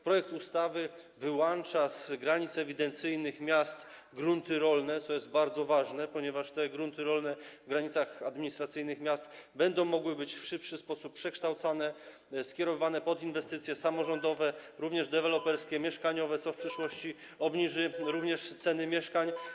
Projekt ustawy wyłącza z granic ewidencyjnych miast grunty rolne, co jest bardzo ważne, ponieważ grunty rolne w granicach administracyjnych miast będą mogły być w szybszy sposób przekształcane, przeznaczane na inwestycje samorządowe, również deweloperskie, mieszkaniowe, co w przyszłości obniży ceny mieszkań.